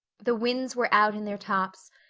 the winds were out in their tops,